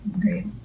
great